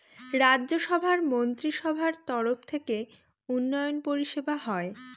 রাজ্য সভার মন্ত্রীসভার তরফ থেকে উন্নয়ন পরিষেবা হয়